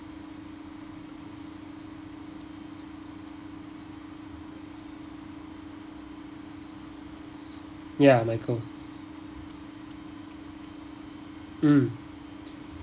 ya michael mm